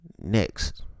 Next